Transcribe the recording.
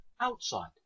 outside